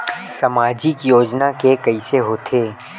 सामाजिक योजना के कइसे होथे?